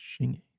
Shingy